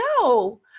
no